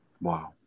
Wow